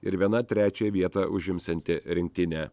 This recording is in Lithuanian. ir viena trečiąją vietą užimsianti rinktinė